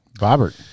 Robert